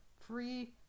Free